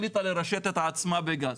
החליטה לרשת את עצמה בגז